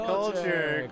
Culture